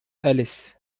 أليس